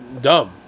dumb